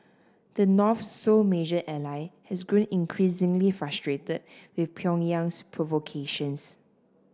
the North's sole major ally has grown increasingly frustrated with Pyongyang's provocations